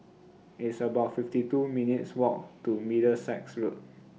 It's about fifty two minutes' Walk to Middlesex Road